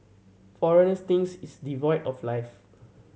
foreigners think it's devoid of life